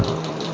ଓହଃ